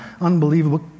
Unbelievable